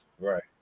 Right